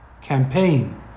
campaign